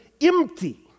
empty